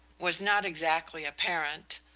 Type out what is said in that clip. was not exactly apparent,